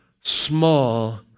small